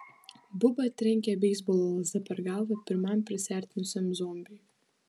buba trenkė beisbolo lazda per galvą pirmam prisiartinusiam zombiui